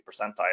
percentile